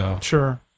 Sure